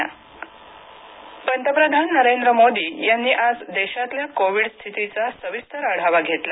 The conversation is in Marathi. पंतप्रधान आढावा पंतप्रधान नरेंद्र मोदी यांनी आज देशातल्या कोविड स्थितीचा सविस्तर आढावा घेतला